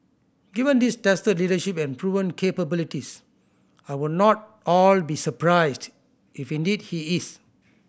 given his tested leadership and proven capabilities I would not all be surprised if indeed he is